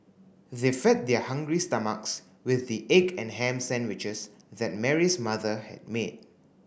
they fed their hungry stomachs with the egg and ham sandwiches that Mary's mother had made